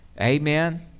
Amen